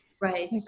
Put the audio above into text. Right